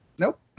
Nope